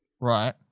right